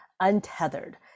untethered